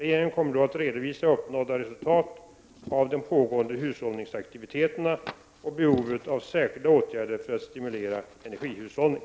Regeringen kommer då att redovisa uppnådda resultat av de pågående hushållningsaktiviteterna och behovet av särskilda åtgärder för att stimulera energihushållning.